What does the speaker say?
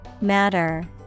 Matter